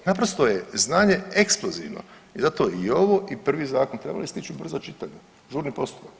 Naprosto je znanje eksplozivno i zato i ovo i prvi zakon trebali ste ići u žurno čitanje, žurni postupak,